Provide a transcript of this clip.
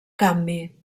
canvi